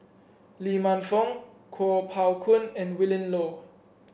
Lee Man Fong Kuo Pao Kun and Willin Low